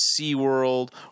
SeaWorld